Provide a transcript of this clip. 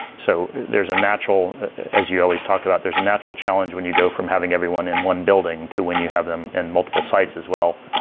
so there is a natural as you always talk about, there is a natural challenge when you go from having everyone in one building to when you have them in multiple sites as well,